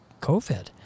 COVID